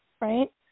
right